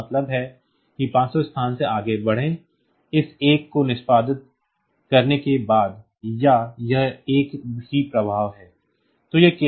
तो इसका मतलब है कि 500 स्थानों से आगे बढ़ें इस एक को निष्पादित करने के बाद या यह एक ही प्रभाव है